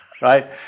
right